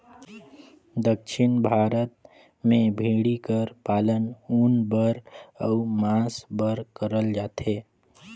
दक्खिन भारत में भेंड़ी कर पालन ऊन बर अउ मांस बर करल जाथे